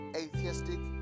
atheistic